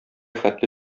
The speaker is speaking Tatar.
хәтле